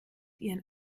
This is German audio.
ihren